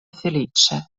feliĉe